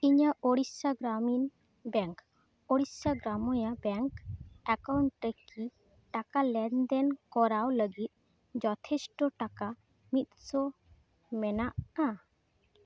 ᱤᱧᱟᱹᱜ Odisha Gramin bank Odisha Gramin bank account ᱨᱮᱠᱤ ᱴᱟᱠᱟ ᱞᱮᱱᱫᱮᱱ ᱠᱚᱨᱟᱣ ᱞᱟᱹᱜᱤᱫ ᱡᱚᱛᱷᱮᱥᱴᱚ ᱴᱟᱠᱟ ᱢᱤᱫᱥᱚ ᱢᱮᱱᱟᱜᱼᱟ